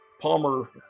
Palmer